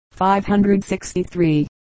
563